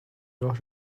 راه